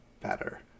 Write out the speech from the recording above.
better